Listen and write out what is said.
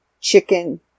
chicken